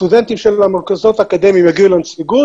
סטודנטים של מוסדות אקדמיים יגיעו לנציגות